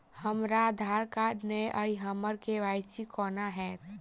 हमरा आधार कार्ड नै अई हम्मर के.वाई.सी कोना हैत?